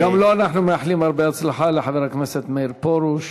גם לו, לחבר הכנסת מאיר פרוש,